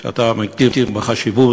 על שאתה מכיר בחשיבות.